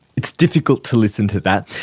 it's difficult to listen to that.